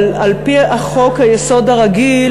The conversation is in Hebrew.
אבל על-פי חוק-היסוד הרגיל,